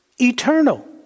Eternal